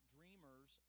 Dreamers